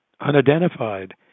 unidentified